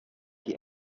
die